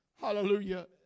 hallelujah